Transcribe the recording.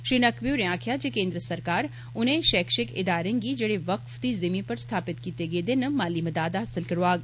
श्री नकवी होरें आक्खेया जे केन्द्र सरकार उनें शैक्षिक इदारें गी जेड़े वक्फ दी जिमीं पर स्थापित कीत्ते गेदे न माली मदाद हासल करोआग